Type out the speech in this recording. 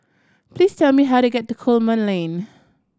please tell me how to get to Coleman Lane